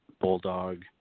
Bulldog